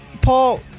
Paul